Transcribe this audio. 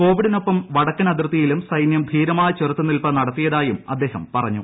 കോവിഡിനൊ്പ്പം വടക്കൻ അതിർത്തിയിലും സൈനൃം ധീരമായ ചെറുത്തുനിൽപ്പ് നടത്തിയതായും അദ്ദേഹം പറഞ്ഞു